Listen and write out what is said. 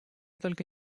только